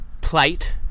plate